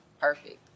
perfect